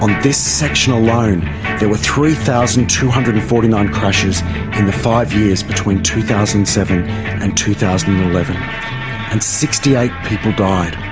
this section alone there were three thousand two hundred and forty nine crashes in the five years between two thousand and seven and two thousand and eleven and sixty eight people died.